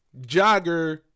jogger